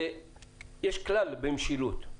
יש כלל במשילות.